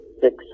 six